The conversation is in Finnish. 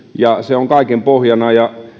ja se on kaiken pohjana